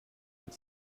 had